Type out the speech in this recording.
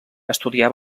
estudià